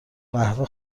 قهوه